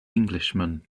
englishman